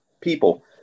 people